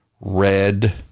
red